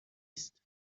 هست